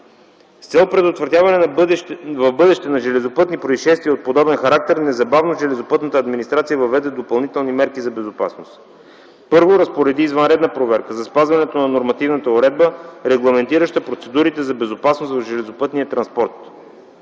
С цел предотвратяване в бъдеще на железопътни произшествия от подобен характер незабавно железопътната администрация въведе допълнителни мерки за безопасност. Първо, разпореди извънредна проверка за спазването на нормативната уредба, регламентираща процедурите за безопасност в железопътния транспорт.